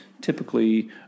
typically